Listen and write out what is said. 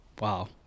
wow